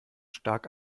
stark